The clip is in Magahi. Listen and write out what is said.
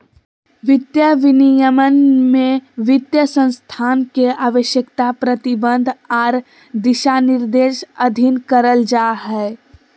वित्तीय विनियमन में वित्तीय संस्थान के आवश्यकता, प्रतिबंध आर दिशानिर्देश अधीन करल जा हय